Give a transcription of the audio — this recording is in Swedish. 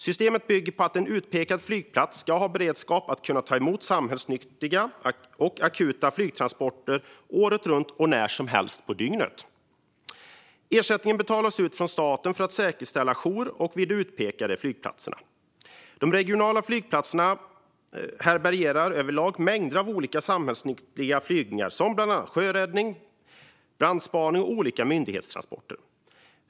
Systemet bygger på att en utpekad flygplats ska ha beredskap att kunna ta emot samhällsnyttiga och akuta flygtransporter året runt och när som helst på dygnet. Ersättning betalas ut från staten för att säkerställa jour vid de utpekade flygplatserna. De regionala flygplatserna härbärgerar överlag mängder av olika samhällsnyttiga flygningar, bland annat sjöräddning, brandspaning och olika myndighetstransporter.